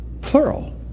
Plural